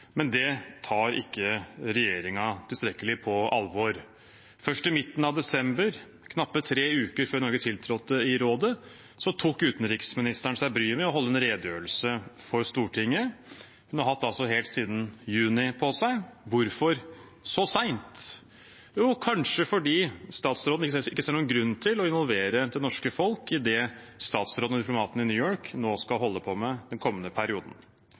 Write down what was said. Men det tar ikke regjeringen tilstrekkelig på alvor. Først i midten av desember, knapt tre uker før Norge tiltrådte i rådet, tok utenriksministeren seg bryet med å holde en redegjørelse for Stortinget. Hun har altså hatt tiden helt siden juni på seg – hvorfor så sent? Jo, kanskje fordi ministeren ikke ser noen grunn til å involvere det norske folk i det ministeren og diplomatene i New York nå skal holde på med i den kommende perioden.